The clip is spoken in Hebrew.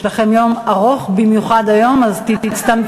יש לכם יום ארוך במיוחד היום, אז תצטמצמו.